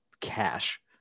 cash